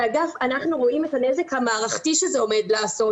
כאגף אנחנו רואים את הנזק המערכתי שזה עומד לעשות.